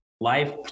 Life